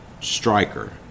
striker